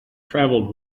travelled